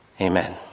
Amen